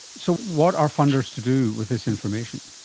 so what are funders to do with this information?